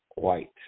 White